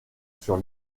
sur